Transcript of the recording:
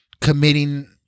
committing